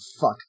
fuck